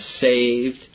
saved